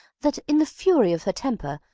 that, in the fury of her temper,